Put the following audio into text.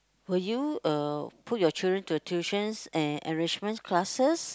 will you uh put your children to tuitions and enrichment classes